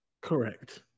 Correct